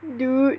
dude